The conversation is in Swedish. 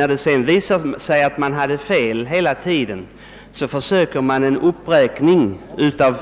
När det sedan visar sig att man haft fel hela tiden försöker man göra en uppräkning av